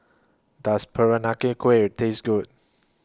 Does Peranakan Kueh Taste Good